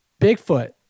Bigfoot